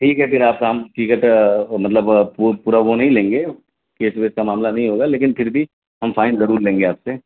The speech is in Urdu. ٹھیک ہے پھر آپ کام ٹکٹ مطلب پورا وہ نہیں لیں گے کیس ویس کا معاملہ نہیں ہوگا لیکن پھر بھی ہم فائن ضرور لیں گے آپ سے